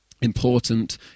important